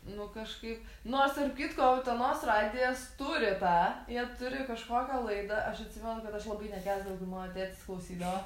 nu kažkaip nors tarp kitko utenos radijas turi tą jie turi kažkokią laidą aš atsimenu kad aš labai nekęsdavau jeigu mano tėtis klausydavo